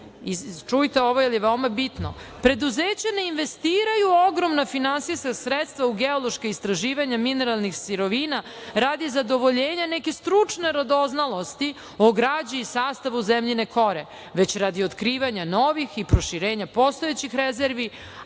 čujte ovo jer je veoma bitno, preduzeća ne investiraju ogromna finansijska sredstva u geološka istraživanja mineralnih sirovina radi zadovoljenja neke stručne radoznalosti o građi i sastavu zemljine kore, već radi otkrivanja novih i proširenja postojećih rezervi,